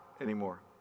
anymore